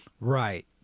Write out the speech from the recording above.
Right